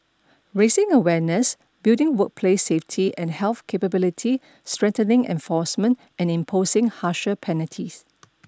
raising awareness building workplace safety and health capability strengthening enforcement and imposing harsher penalties